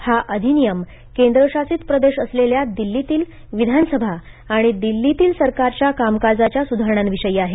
हा अधिनियम केंद्रशासित प्रदेश असलेल्या दिल्लीतील विधानसभा आणि दिल्लीतील सरकारच्या कामकाजाच्या सुधारणांविषयी आहे